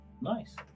Nice